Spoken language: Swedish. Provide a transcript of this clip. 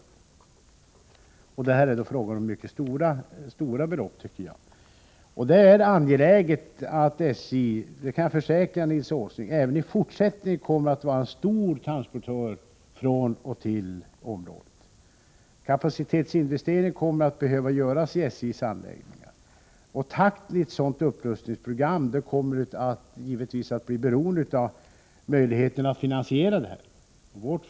Det är alltså enligt min mening fråga om mycket stora belopp. Jag finner det angeläget — det kan jag försäkra Nils Åsling — att SJ även i fortsättningen kommer att vara en stor transportör från och till området. Kapacitetsinvesteringar i SJ:s anläggningar kommer att behöva göras. Takten i SJ:s upprustningsprogram kommer givetvis att bli beroende av möjligheterna att finansiera satsningarna.